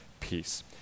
peace